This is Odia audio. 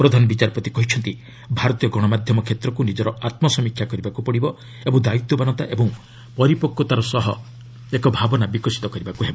ପ୍ରଧାନ ବିଚାରପତି କହିଛନ୍ତି ଭାରତୀୟ ଗଣମାଧ୍ୟମ କ୍ଷେତ୍ରକୁ ନିଜର ଆତ୍ନସମୀକ୍ଷା କରିବାକୁ ପଡ଼ିବ ଓ ଦାୟିତ୍ୱବାନତା ଏବଂ ପରିପକୃତାର ଏକ ଭାବନା ବିକଶିତ କରିବାକୁ ହେବ